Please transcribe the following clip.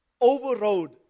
overrode